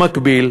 במקביל,